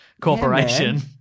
Corporation